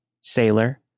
Sailor